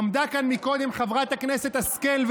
עמדה כאן קודם חברת הכנסת השכל,